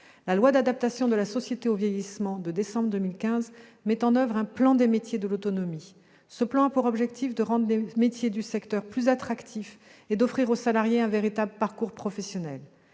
à l'adaptation de la société au vieillissement met en oeuvre un plan des métiers de l'autonomie. Ce plan a pour objet de rendre les métiers du secteur plus attractifs et d'offrir aux salariés un véritable parcours professionnel.